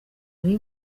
nari